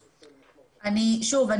שוב,